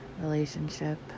relationship